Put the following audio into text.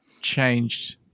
changed